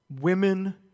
women